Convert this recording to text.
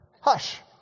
Hush